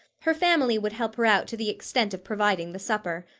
her family would help her out to the extent of providing the supper.